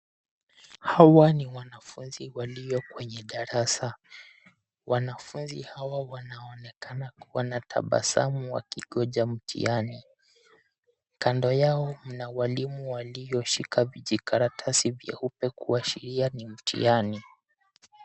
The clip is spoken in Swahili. Hawa ni wanafunzi walio kwenye darasa. Wanafunzi hawa wanaonekana wanatabasamu wakingoja mtihani. Kando yao mna walimu walioshika vijikaratasi vyeupe kuashiria ni mtihani.